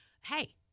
Hey